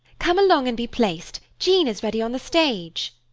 come along and be placed jean is ready on the stage.